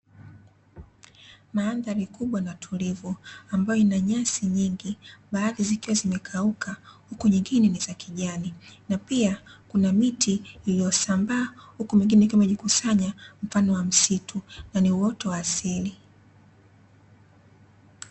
Mandhari kubwa na tulivu ambayo ina nyasi nyingi, baadhi zikiwa zimekauka huku nyingine ni za kijani. Na pia kuna miti iliyosambaa, huku mingine ikiwa imejikusanya mfano wa msitu, na ni uoto wa asili.